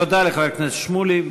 תודה לחבר הכנסת שמולי.